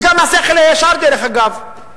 וגם השכל הישר דרך אגב,